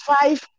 five